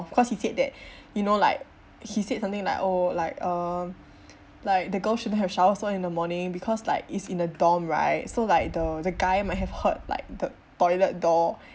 because he said that you know like he said something like oh like uh like the girl shouldn't have showered so in the morning because like it's in a dorm right so like the the guy might have heard like the toiler door